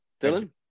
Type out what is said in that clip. Dylan